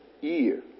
year